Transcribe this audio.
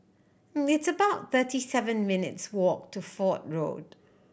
it's about thirty seven minutes' walk to Fort Road